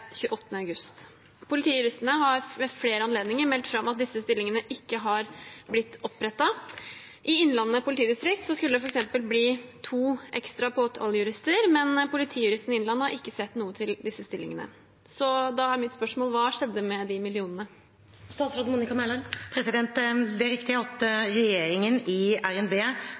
august. Politijuristene har ved flere anledninger meldt ifra om at disse stillingene ikke har blitt opprettet. I Innlandet politidistrikt skulle det for eksempel bli to ekstra påtalejurister, men politijuristene i Innlandet har ikke sett noe til disse stillingene. Hva skjedde med disse millionene?» Det er riktig at regjeringen i revidert nasjonalbudsjett for 2020 foreslo å øke bevilgningene til domstolene, Den høyere påtalemyndighet og påtalemyndigheten i